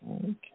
Okay